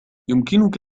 يمكنك